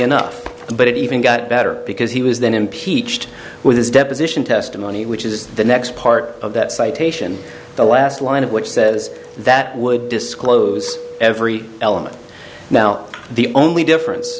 enough but it even got better because he was then impeached with his deposition testimony which is the next part of that citation the last line of which says that would disclose every element now the only difference